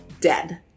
dead